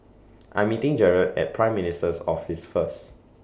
I'm meeting Jarred At Prime Minister's Office First